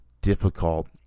difficult